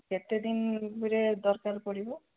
କେତେ ଦିନ ଭିତରେ ଦରକାର ପଡ଼ିବ